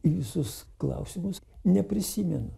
į visus klausimus neprisimenu